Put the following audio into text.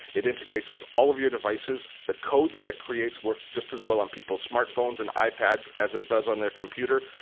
it integrates with all of your devices. the codes that it creates works just as well on people's smartphones and ipads is it does on their computer.